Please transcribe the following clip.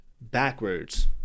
backwards